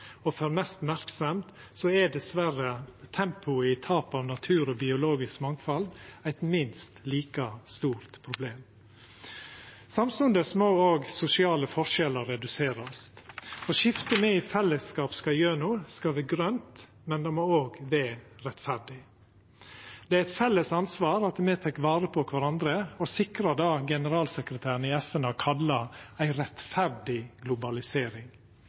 og får mest merksemd, er dessverre tempoet i tap av natur og biologisk mangfald eit minst like stort problem. Samstundes må òg sosiale forskjellar reduserast. Skiftet me i fellesskap skal igjennom, skal vera grønt, men det må òg vera rettferdig. Det er eit felles ansvar at me tek vare på kvarandre og sikrar det generalsekretæren i FN har kalla ei rettferdig globalisering.